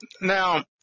now